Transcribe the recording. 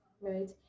right